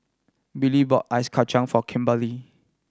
Billie bought ice kacang for Kimberely